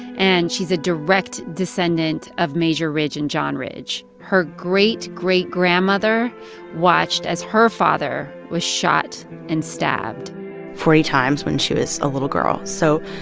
and she's a direct descendant of major ridge and john ridge, her great-great-grandmother watched as her father was shot and stabbed forty times, when she was a little girl so